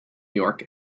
york